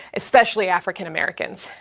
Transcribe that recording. especially african-americans.